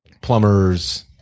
plumbers